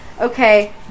Okay